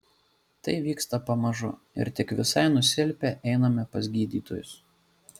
tai vyksta pamažu ir tik visai nusilpę einame pas gydytojus